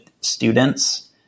students